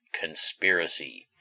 Conspiracy